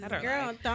girl